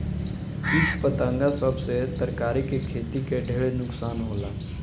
किट पतंगा सब से तरकारी के खेती के ढेर नुकसान होला